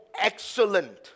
excellent